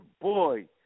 Boy